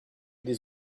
des